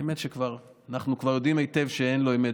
האמת שאנחנו כבר יודעים היטב שאין לו אמת.